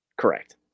correct